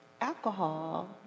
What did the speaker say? alcohol